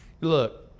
look